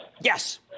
Yes